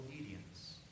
obedience